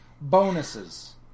bonuses